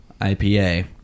IPA